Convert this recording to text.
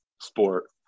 sport